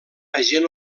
agent